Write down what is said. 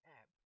app